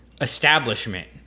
establishment